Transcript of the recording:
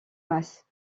masse